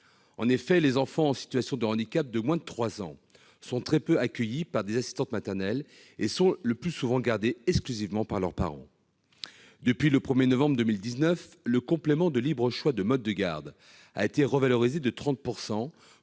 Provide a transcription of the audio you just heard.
En effet, très peu d'enfants en situation de handicap de moins de 3 ans sont accueillis par des assistantes maternelles : ils sont le plus souvent gardés exclusivement par leurs parents. Depuis le 1 novembre 2019, le complément de libre choix du mode de garde a été revalorisé de 30